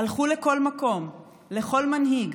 הלכו לכל מקום, לכל מנהיג,